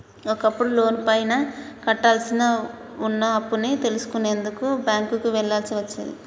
ఒకప్పుడు లోనుపైన కట్టాల్సి వున్న అప్పుని తెలుసుకునేందుకు బ్యేంకుకి వెళ్ళాల్సి వచ్చేది